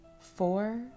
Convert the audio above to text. four